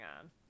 on